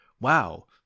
Wow